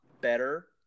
better